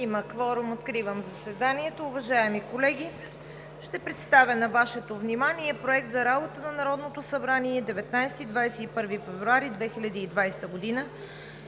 Има кворум. Откривам заседанието. Уважаеми колеги, ще представя на Вашето внимание Проект за работата на Народното събрание за 19 – 21 февруари 2020 г.